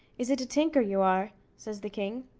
is it a tinker you are? says the king.